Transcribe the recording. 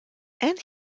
and